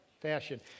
fashion